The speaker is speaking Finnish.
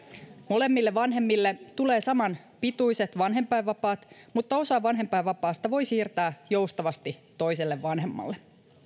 molemmille vanhemmille tulee samanpituiset vanhempainvapaat mutta osan vanhempainvapaasta voi siirtää joustavasti toiselle vanhemmalle